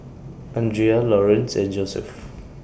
Andrea Laurance and Joseph